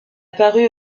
paru